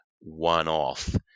one-off